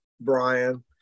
Brian